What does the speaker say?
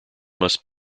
must